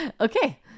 okay